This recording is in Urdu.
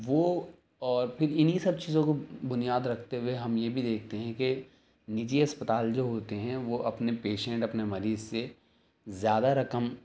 وہ اور پھر انہیں سب چیزوں کو بنیاد رکھتے ہوئے ہم یہ بھی دیکھتے ہیں کہ نجی اسپتال جو ہوتے ہیں وہ اپنے پیشنٹ اپنے مریض سے زیادہ رقم